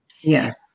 Yes